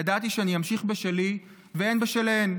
ידעתי שאני אמשיך בשלי והן בשלהן,